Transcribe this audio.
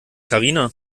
karina